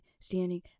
standing